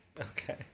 Okay